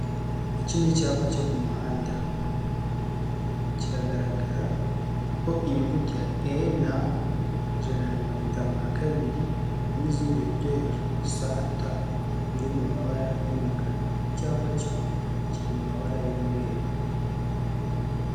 Iki ni icyapa cyo ku muhanda, kiragaragaraho inyuguti ya EN, ijana na mirongo itanu na kabiri n'izindi iburyo hejuru ST, biri mu mabara y'umukara, icyapa cyo, kiri mu mabara y'umweru.